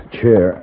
chair